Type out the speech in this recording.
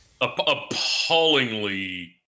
Appallingly